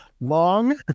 long